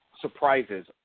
surprises